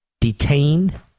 detained